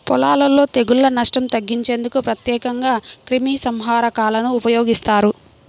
పొలాలలో తెగుళ్ల నష్టం తగ్గించేందుకు ప్రత్యేకంగా క్రిమిసంహారకాలను ఉపయోగిస్తారు